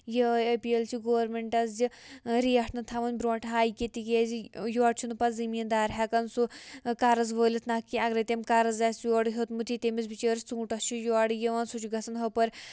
یِہوٚے أپیٖل چھِ گورمٮ۪نٹَس زِ ریٹھ نہٕ تھاوٕنۍ برٛونٛٹھ ہاے کینٛہہ تِکیٛازِ یورٕ چھُنہٕ پَتہٕ زٔمیٖندار ہٮ۪کَن سُہ قرض وٲلِتھ نَکھ کینٛہہ اَگَرے تٔمۍ قرض آسہِ یورٕ ہیوٚتمُت یہِ تٔمِس بِچٲرِس ژوٗنٛٹھَس چھُ یورٕ یِوان سُہ چھُ گژھان ہُپٲرۍ